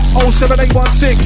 07816